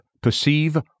perceive